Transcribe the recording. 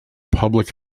public